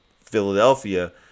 Philadelphia